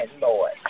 Lord